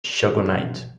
shogunate